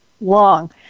long